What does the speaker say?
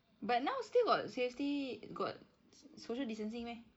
but now still got safety got so~ social distancing meh